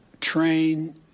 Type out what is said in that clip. train